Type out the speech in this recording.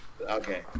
Okay